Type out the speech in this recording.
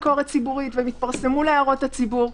התפרסמו להערות הציבור.